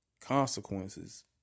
consequences